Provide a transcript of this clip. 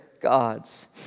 gods